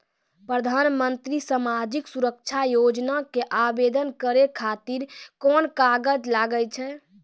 प्रधानमंत्री समाजिक सुरक्षा योजना के आवेदन करै खातिर कोन कागज लागै छै?